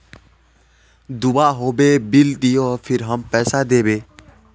दूबा होबे बिल दियो फिर हम पैसा देबे?